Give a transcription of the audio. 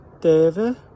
david